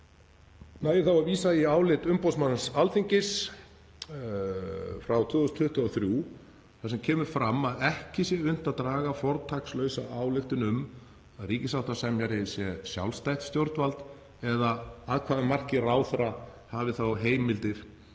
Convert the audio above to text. Nægir þá að vísa í álit umboðsmanns Alþingis frá 2023 þar sem kemur fram að ekki sé unnt að draga fortakslausa ályktun um að ríkissáttasemjari sé sjálfstætt stjórnvald eða að hvaða marki ráðherra hafi þá heimildir